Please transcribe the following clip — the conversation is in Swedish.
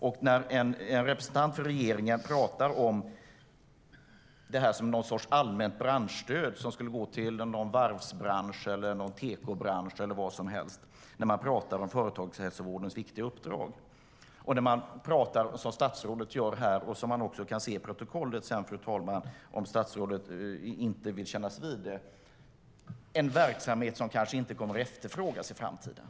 Regeringens representant talar om det som någon sorts allmänt branschstöd, som om det skulle gå till varvsbranschen, tekobranschen eller vad som helst, när han talar om företagshälsovårdens viktiga uppdrag. I protokollet kan man också se, om statsrådet inte vill kännas vid det, att han talar om en verksamhet som kanske inte kommer att efterfrågas i framtiden.